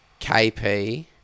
KP